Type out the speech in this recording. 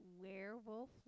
Werewolf